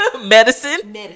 medicine